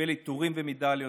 קיבל עיטורים ומדליות,